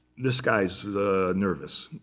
this guy's nervous.